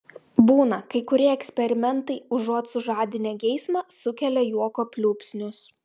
būna kai kurie eksperimentai užuot sužadinę geismą sukelia juoko pliūpsnius